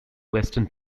western